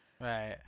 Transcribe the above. Right